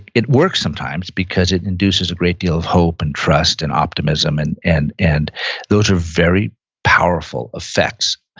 it works sometimes because it induces a great deal of hope and trust and optimism, and and and those are very powerful effects,